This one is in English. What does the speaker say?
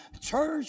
Church